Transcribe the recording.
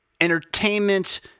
entertainment